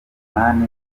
n’abandi